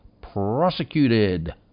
prosecuted